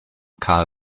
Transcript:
carl